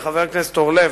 לחבר הכנסת אורלב,